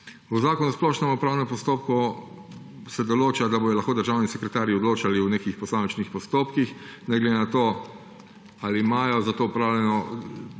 V zakonu o splošnem upravnem postopku se določa, da bodo lahko državni sekretarji odločali o nekih posamičnih postopkih, ne glede na to, ali imajo za to potrebno